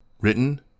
Written